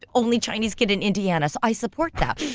only chinese kid in indiana. so, i support that.